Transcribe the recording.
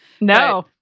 No